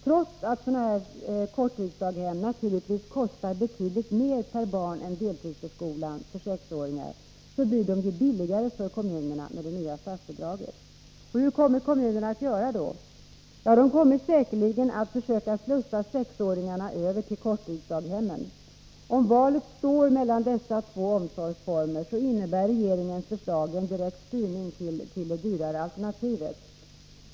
Trots att sådana korttidsdaghem naturligtvis kostar betydligt mer per barn än deltidsförskolan för 6-åringar, blir det billigare för kommunerna med det nya statsbidraget. Hur kommer då kommunerna att göra? De kommer säkerligen att försöka slussa 6-åringarna över till korttidsdaghemmen. Om valet står mellan dessa två omsorgsformer, innebär regeringens förslag en direkt styrning till det dyrare alternativet.